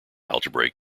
algebraic